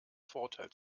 vorteil